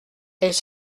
elles